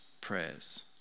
prayers